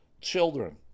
children